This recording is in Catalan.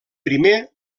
primer